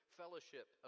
fellowship